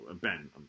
Ben